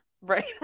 Right